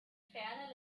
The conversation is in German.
ferne